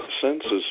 senses